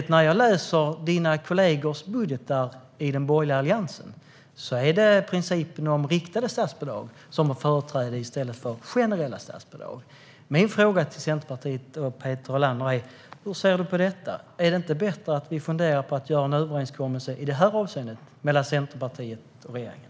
Men när jag läser budgetarna från dina kollegor i den borgerliga alliansen ser jag att det är principen om riktade statsbidrag som har företräde, inte principen om generella statsbidrag. Min fråga till Peter Helander, och till Centerpartiet, är hur man ser på detta. Är det inte bättre att vi funderar på att göra en överenskommelse - i det här avseendet - mellan Centerpartiet och regeringen?